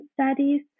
studies